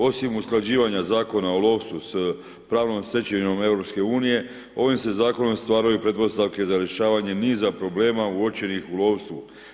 Osim usklađivanja Zakona o lovstvu s pravnom stečevinom EU-a, ovim se zakonom stvaraju pretpostavke za rješavanjem niza problema uočenih u lovstvu.